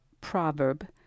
proverb